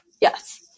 Yes